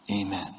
amen